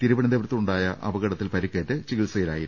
തിരുവനന്തപുരത്തുണ്ടായ അപകടത്തിൽ പരിക്കേറ്റ് ചികിത്സയിലായിരുന്നു